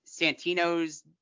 Santino's